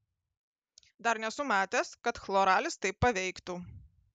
dar nesu matęs kad chloralis taip paveiktų